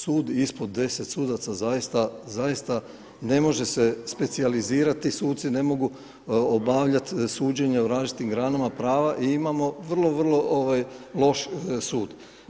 Sud ispod 10 sudaca zaista ne može se specijalizirati, suci ne mogu obavljat suđenje u različitim granama prava i imamo vrlo, vrlo loš sud.